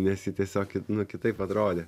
nes ji tiesiog ji nu kitaip atrodė